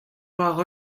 war